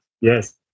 yes